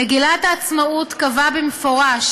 מגילת העצמאות קבעה במפורש